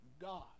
God